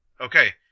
Okay